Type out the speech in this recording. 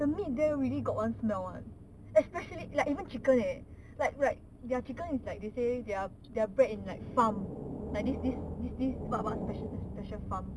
the meat there really got one smell [one] especially like even chicken leh like like their chicken is like they say they are they are bred in like farm like this this this this what what special special farm